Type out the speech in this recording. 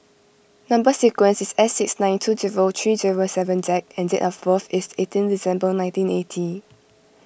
Number Sequence is S six nine two zero three zero seven Z and date of birth is eighteen December nineteen eighty